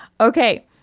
Okay